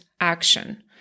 action